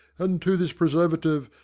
and, to this preservative,